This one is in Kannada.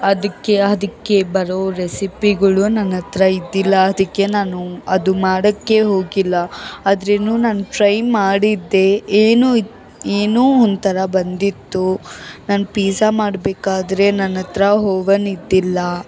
ಅದಕ್ಕೆ ಅದಕ್ಕೆ ಬರೋ ರೆಸಿಪಿಗಳು ನನ್ನತ್ರ ಇದ್ದಿಲ್ಲ ಅದಕ್ಕೆ ನಾನು ಅದು ಮಾಡೋಕ್ಕೇ ಹೋಗಿಲ್ಲ ಆದರೇನು ನಾನು ಟ್ರೈ ಮಾಡಿದ್ದೆ ಏನು ಏನೋ ಒಂಥರ ಬಂದಿತ್ತು ನಾನು ಪೀಝಾ ಮಾಡಬೇಕಾದ್ರೆ ನನ್ನತ್ರ ಹೋವನ್ ಇದ್ದಿಲ್ಲ